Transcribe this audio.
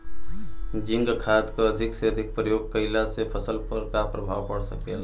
Zinc खाद क अधिक से अधिक प्रयोग कइला से फसल पर का प्रभाव पड़ सकेला?